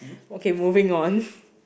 okay moving on